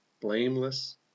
blameless